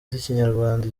z’ikinyarwanda